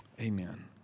amen